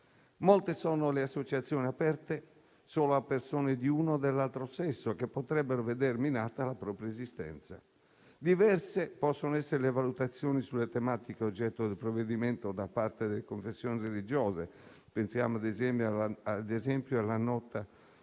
Molte sono le associazioni aperte solo a persone di uno o dell'altro sesso, che potrebbero veder minata la propria esistenza. Diverse possono essere le valutazioni sulle tematiche oggetto del provvedimento da parte delle confessioni religiose: pensiamo, ad esempio, alla nota